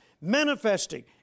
manifesting